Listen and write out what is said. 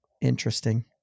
interesting